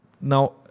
Now